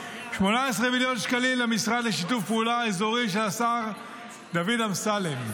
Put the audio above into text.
18 מיליון שקלים למשרד לשיתוף פעולה אזורי של השר דוד אמסלם,